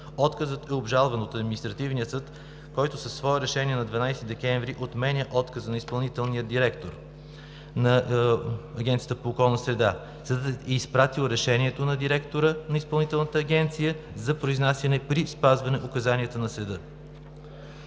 Отказът е обжалван от Административния съд, който със свое решение на 12 декември отменя отказа на изпълнителя директор на Агенцията по околна среда. Съдът е изпратил решението на директора на Изпълнителната агенция за произнасяне при спазване указанията на съда.